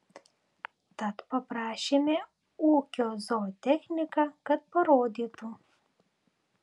tad paprašėme ūkio zootechniką kad parodytų